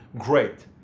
great.